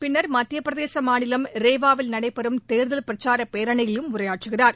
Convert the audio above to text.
பின்னா் மத்தியபிரதேச மாநிலம் ரேவா வில் நடைபெறும் தேர்தல் பிரச்சார பேரணியிலும் உரையாற்றுகிறார்